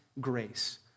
grace